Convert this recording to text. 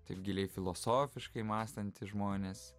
taip giliai filosofiškai mąstantys žmonės